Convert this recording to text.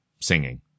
singing